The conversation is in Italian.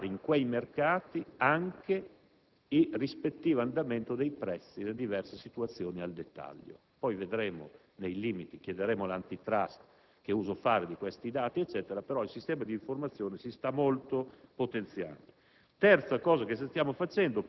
e saremo in condizioni di rilevare in tali mercati anche i rispettivi andamenti dei prezzi e le diverse situazioni al dettaglio. Vedremo poi nei limiti, lo chiederemo all'*antitrust*, che uso fare di questi dati; tuttavia, il sistema di informazione si sta notevolmente potenziando.